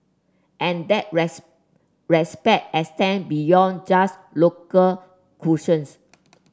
and that rest respect extend beyond just local cuisines